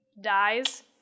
dies